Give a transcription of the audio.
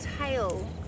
tail